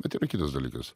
bet yra kitas dalykas